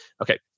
Okay